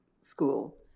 school